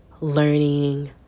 learning